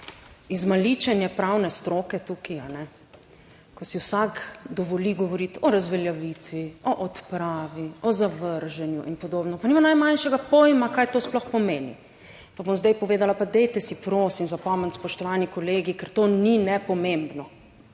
izmaličenje pravne stroke tukaj, ko si vsak dovoli govoriti o razveljavitvi, o odpravi, o zavrženju in podobno, pa nima najmanjšega pojma kaj to sploh pomeni. Pa bom zdaj povedala. Pa dajte si prosim zapomniti, spoštovani kolegi, ker to ni nepomembno!